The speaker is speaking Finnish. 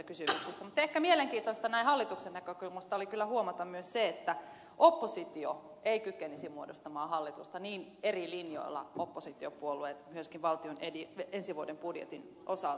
mutta ehkä mielenkiintoista näin hallituksen näkökulmasta oli kyllä huomata myös se että oppositio ei kykenisi muodostamaan hallitusta niin eri linjoilla oppositiopuolueet myöskin valtion ensi vuoden budjetin osalta ovat